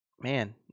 Man